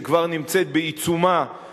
שכבר נמצאת בעיצומה,